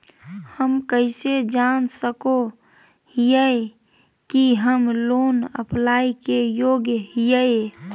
हम कइसे जान सको हियै कि हम लोन अप्लाई के योग्य हियै?